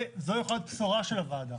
זו יכולה להיות בשורה של הוועדה.